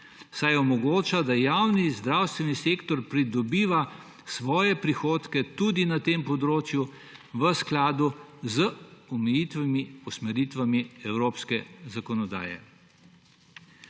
saj omogoča, da javni zdravstveni sektor pridobiva svoje prihodke tudi na tem področju v skladu z omejitvami, usmeritvami evropske zakonodaje.